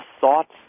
thoughts